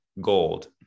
gold